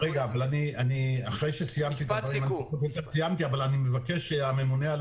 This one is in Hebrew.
אבל אחרי שסיימתי אני מבקש שהממונה על